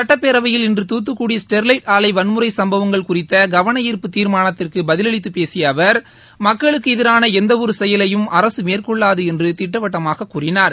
சட்டப்பேரவையில் இன்று தூத்துக்குடி ஸ்டெர்லைட் ஆலை வன்முறை சம்பவங்கள் குறித்த கவனார்ப்பு தீர்மானத்திற்கு பதிலளித்து பேசிய அவர் மக்களுக்கு எதிரான எந்தவொரு செயலையும் அரசு மேற்கொள்ளாது என்று திட்டவட்டமாக கூறினார்